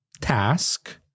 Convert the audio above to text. task